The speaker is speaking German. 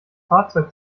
fahrzeug